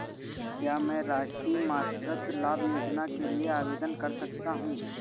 क्या मैं राष्ट्रीय मातृत्व लाभ योजना के लिए आवेदन कर सकता हूँ?